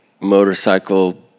motorcycle-